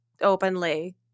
openly